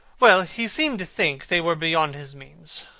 well, he seemed to think they were beyond his means,